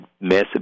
massive